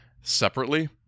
separately